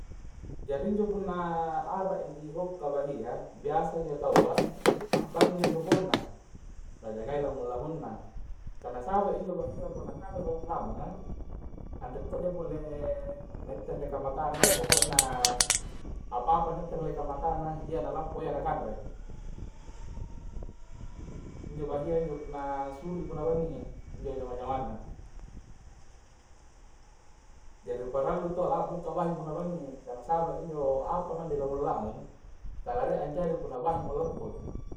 Jari injo punna a'ra i na dihoka bahi' ya, biasa injo taua a' bangi i rikoko na, najagai lamung-lamung na kah nasaba injo bahi' ya punna antamai ri lamung-lamunga, anre to ja pole nettele matangna ya, pokok na apa-apa nettele dallekang matangna iya na lappo iya na kanre injo bahi ya njo punna angsulu punna bangingi i' injo jamang-jamang na, jari parallu intu a' la'boka bahi punna banging i, kah nasaba injo apa maeng di lamung-lamung tala rie anjari punna bahi mo lappoi